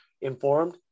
informed